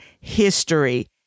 history